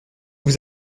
vous